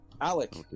Alex